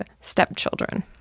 stepchildren